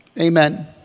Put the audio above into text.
Amen